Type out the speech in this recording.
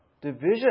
division